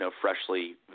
freshly